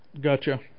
Gotcha